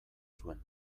zuen